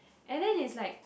and then is like